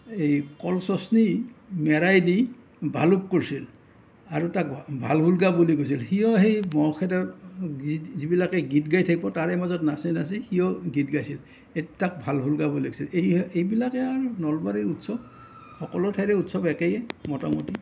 এই কল চোচনি মেৰাই দি ভালুক কৰছিল আৰু তাক ভালখুলকা বুলি কৈছিল সিওঁ সেই ম'হ খেদাৰ গীত যিবিলাকে গীত গাই থাকবু তাৰে মাজত নাচি নাচি সিওঁ গীত গাইছিল এই তাক ভালখুলকা বুলি কৈছিল এই এইবিলাকে আৰু নলবাৰীৰ উৎসৱ সকলো ঠাইৰে উৎসৱ একেয়ে মোটামুটি